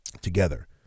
together